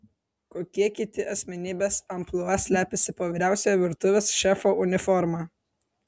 kokie kiti asmenybės amplua slepiasi po vyriausiojo virtuvės šefo uniforma